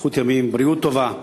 אריכות ימים, בריאות טובה,